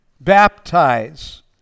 baptize